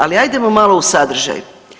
Ali hajdemo malo u sadržaj.